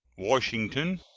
washington,